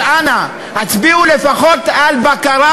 אז אנא הצביעו לפחות על בקרה,